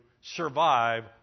survive